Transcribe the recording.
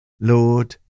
Lord